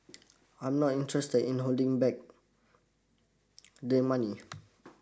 I'm not interested in holding back the money